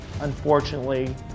Unfortunately